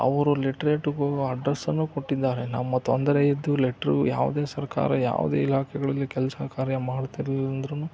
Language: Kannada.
ಅವರು ಲಿಟ್ರೇಟ್ಗೂ ಅಡ್ರೆಸ್ಸನ್ನು ಕೊಟ್ಟಿದ್ದಾರೆ ನಮ್ಮ ತೊಂದರೆ ಇದ್ದು ಲೆಟ್ರು ಯಾವುದೇ ಸರ್ಕಾರ ಯಾವುದೇ ಇಲಾಖೆಗಳಲ್ಲಿ ಕೆಲಸ ಕಾರ್ಯ ಮಾಡ್ತಿರ್ಲಿಲ್ಲ ಅಂದ್ರೂ